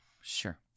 Sure